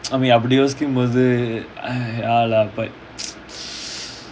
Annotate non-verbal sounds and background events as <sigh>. I mean அப்டியோசிக்கும்போது:apdi yosikumpothu but <breath>